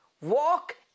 Walk